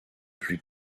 plus